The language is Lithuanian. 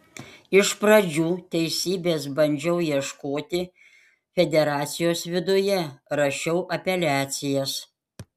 iš pradžių teisybės bandžiau ieškoti federacijos viduje rašiau apeliacijas